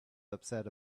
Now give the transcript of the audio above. upset